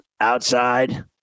outside